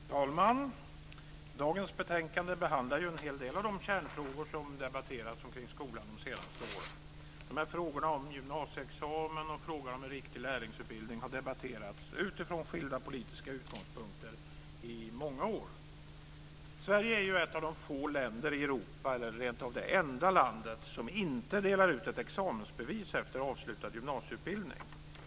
Fru talman! I dagens betänkande behandlas en hel del av de kärnfrågor omkring skolan som debatterats under de senaste åren. Frågorna om gymnasieexamen och om en riktig lärlingsutbildning har debatterats utifrån skilda politiska utgångspunkter i många år. Sverige är ett av de få länder i Europa - eller rentav det enda landet - som inte delar ut ett examensbevis efter avslutad gymnasieutbildning.